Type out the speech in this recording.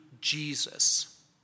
Jesus